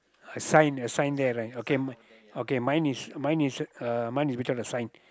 a sign a sign there right okay okay mine is mine is uh mine is without the sign